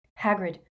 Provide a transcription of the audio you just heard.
Hagrid